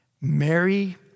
Mary